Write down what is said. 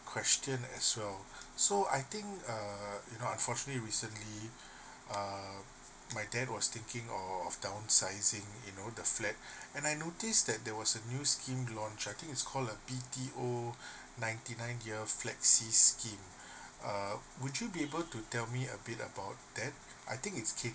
question as well so I think you know unfortunately recently uh my dad was thinking of downsizing you know the flat and I notice that there was a new scheme launched I think is called a B_T_O ninety nine years flexi scheme uh would you be able to tell me a bit about that I think is